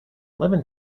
lemon